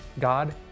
God